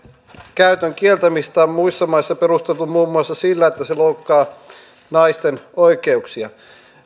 käytön kieltämistä on muissa maissa perusteltu muun muassa sillä että se loukkaa naisten oikeuksia